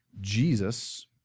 Jesus